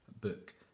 book